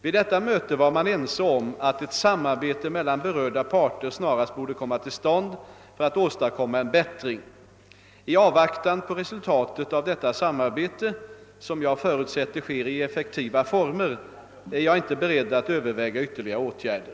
Vid detta möte var man ense om att ett samarbete mellan berörda parter snarast borde komma till stånd för att åstadkomma en bättring. I avvaktan på resultatet av detta samarbete — som jag förutsätter sker i effektiva former — är jag inte beredd att överväga ytterligare åtgärder.